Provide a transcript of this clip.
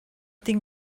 tinc